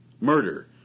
Murder